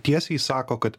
tiesiai sako kad